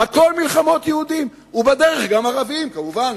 הכול מלחמות יהודים, ובדרך גם ערבים, כמובן.